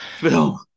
film